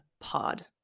pod